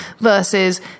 versus